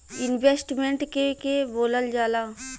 Investment के के बोलल जा ला?